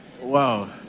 Wow